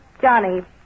Johnny